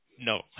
no